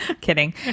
Kidding